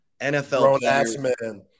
NFL